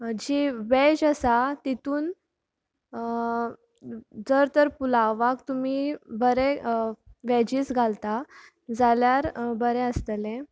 जी व्हेज आसा तितून जर तर पुलावाक तुमी बरें व्हेजीस घालता जाल्यार बरें आसतले